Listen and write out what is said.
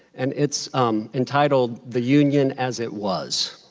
and it's entitled, the union as it was.